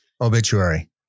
obituary